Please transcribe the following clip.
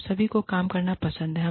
हम सभी को काम करना पसंद है